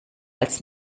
als